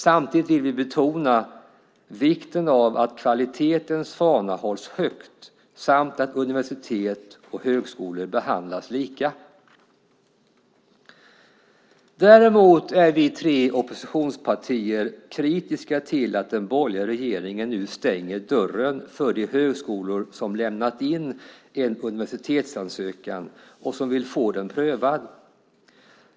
Samtidigt vill vi betona vikten av att kvalitetens fana hålls högt samt att universitet och högskolor behandlas lika. Däremot är vi tre oppositionspartier kritiska till att den borgerliga regeringen nu stänger dörren för de högskolor som lämnat in en universitetsansökan och som vill få den prövad.